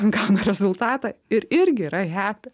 gauna rezultatą ir irgi yra hepi